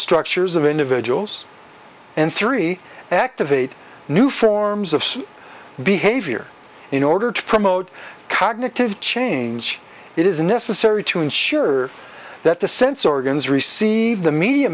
structures of individuals and three activate new forms of behavior in order to promote cognitive change it is necessary to ensure that the sense organs receive the media